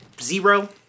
zero